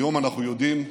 היום אנחנו יודעים,